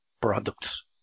products